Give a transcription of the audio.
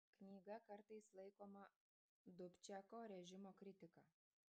knyga kartais laikoma dubčeko režimo kritika